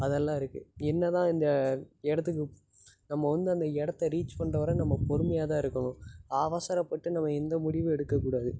அதெல்லாம் இருக்குது என்ன தான் இந்த இடத்துக்கு நம்ம வந்து அந்த இடத்த ரீச் பண்ணுற வர நம்ம பொறுமையாக தான் இருக்கணும் அவசரப்பட்டு நம்ம எந்த முடிவும் எடுக்கக்கூடாது